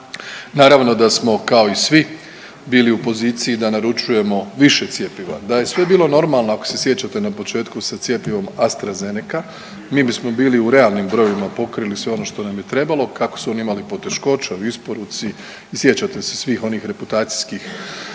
Naravno da smo kao i svi bili u poziciji da naručujemo više cjepiva. Da je sve bilo normalno ako se sjećate na početku sa cjepivom AstraZenaca mi bismo bili u realnim brojevima pokrili sve ono što nam je trebalo. Kako su oni imali poteškoća u isporuci, sjećate se svih onih reputacijskih